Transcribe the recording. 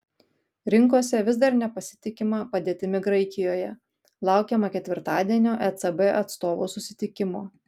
rinkose vis dar nepasitikima padėtimi graikijoje laukiama ketvirtadienio ecb atstovų susitikimo